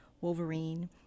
Wolverine